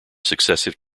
successive